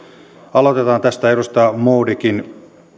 aloitetaan tästä edustaja modigin